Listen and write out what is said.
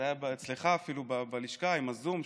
זה היה אצלך אפילו בלשכה עם הזום,